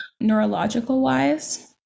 neurological-wise